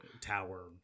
tower